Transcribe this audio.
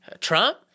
Trump